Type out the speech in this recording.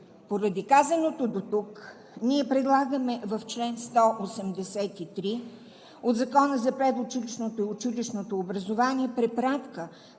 Поради казаното дотук ние предлагаме в чл. 183 от Закона за предучилищното и училищното образование препратка